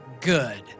good